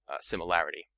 similarity